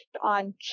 on